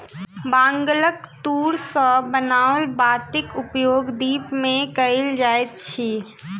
बांगक तूर सॅ बनाओल बातीक उपयोग दीप मे कयल जाइत अछि